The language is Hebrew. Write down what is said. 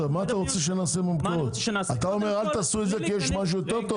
אתה אומר אל תעשו את זה כי יש משהו יותר טוב?